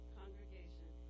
congregation